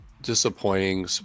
disappointing